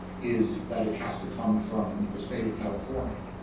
is that it has to come from the state of california,